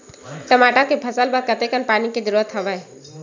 टमाटर के फसल बर कतेकन पानी के जरूरत हवय?